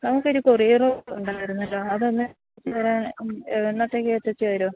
ഞങ്ങൾക്ക് ഒരു കൊറിയറ് ഉണ്ടായിരുന്നല്ലോ അതൊന്ന് എന്നത്തേക്ക് എത്തിച്ച് തരും